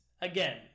again